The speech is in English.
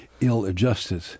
ill-adjusted